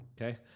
Okay